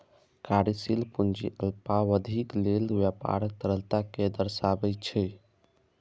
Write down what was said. कार्यशील पूंजी अल्पावधिक लेल व्यापारक तरलता कें दर्शाबै छै